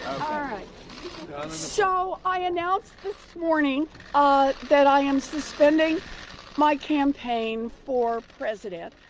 um so i announce this morning ah that i am suspending my campaign for president,